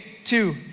Two